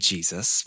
Jesus